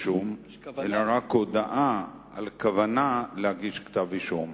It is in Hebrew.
אלא רק הודעה על כוונה להגיש כתב אישום,